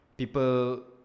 people